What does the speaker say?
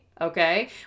okay